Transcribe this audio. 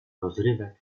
rozrywek